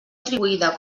atribuïda